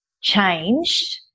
changed